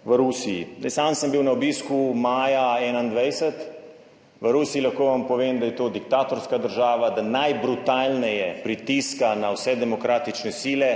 v Rusiji, zdaj sam sem bil na obisku maja 2021 v Rusiji. Lahko vam povem, da je to diktatorska država, da najbrutalneje pritiska na vse demokratične sile,